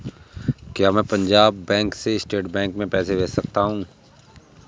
क्या मैं पंजाब बैंक से स्टेट बैंक में पैसे भेज सकता हूँ?